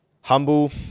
Humble